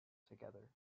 together